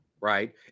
Right